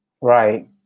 Right